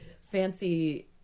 fancy